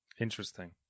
Interesting